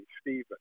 Stephen